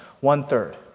one-third